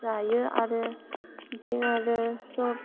जायो आरो बिथिं आरो सब